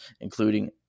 including